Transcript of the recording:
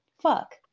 fuck